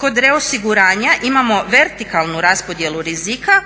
Kod reosiguranja imamo vertikalnu raspodjelu rizika